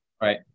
right